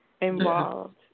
involved